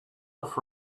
off